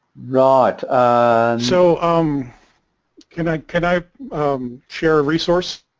right ah so um can i can i share a resource